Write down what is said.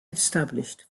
established